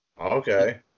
okay